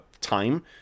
time